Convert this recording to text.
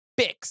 Bix